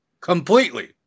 Completely